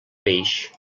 peix